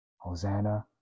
Hosanna